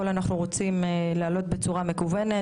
את הכול אנחנו רוצים להעלות בצורה מקוונת,